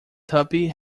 tuppy